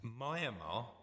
Myanmar